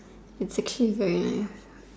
it's actually very nice